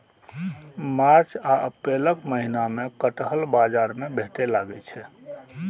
मार्च आ अप्रैलक महीना मे कटहल बाजार मे भेटै लागै छै